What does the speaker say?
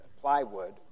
plywood